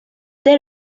dès